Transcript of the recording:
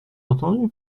entendu